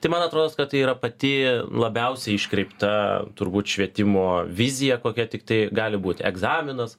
tai man atrodos kad tai yra pati labiausiai iškreipta turbūt švietimo vizija kokia tiktai gali būti egzaminas